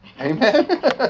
Amen